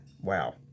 wow